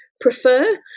prefer